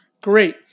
Great